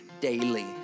daily